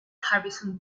harrison